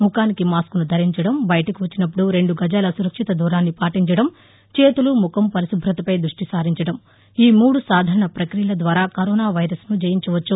ముఖానికి మాస్కును ధరించడం బయటకు వచ్చినప్పుడు రెండు గజాల సురక్షిత దూరాన్ని పాటించడం చేతులు ముఖం పరిశుభ్రతపై దృష్టి సారించడంఈ మూడు సాధారణ ప్రక్రియల ద్వారా కరోనా వైరస్ను జయించవచ్చు